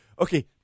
okay